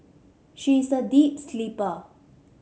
she is a deep sleeper